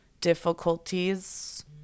difficulties